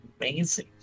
amazing